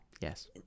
yes